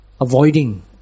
avoiding